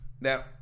Now